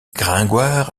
gringoire